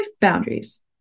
boundaries